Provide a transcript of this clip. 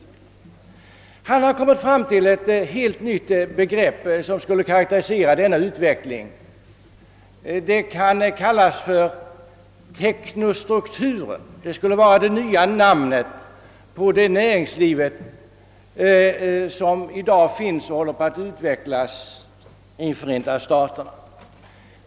Galbraith har kommit fram till att vad som karakteriserar utvecklingen är något som kan kallas för teknostruktur. Det namnet används i boken för att beskriva det näringsliv som finns och som håller på att utvecklas i Förenta staterna.